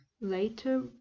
later